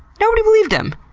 nobody believed him.